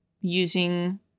using